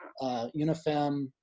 UNIFEM